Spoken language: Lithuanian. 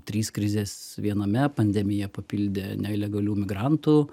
trys krizės viename pandemija papildė nelegalių migrantų